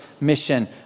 mission